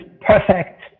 perfect